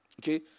okay